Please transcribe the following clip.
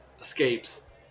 escapes